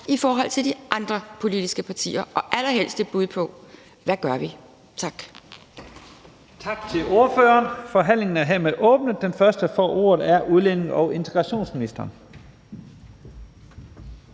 i forhold til de andre politiske partier, og allerhelst høre et bud på: Hvad gør vi? Tak.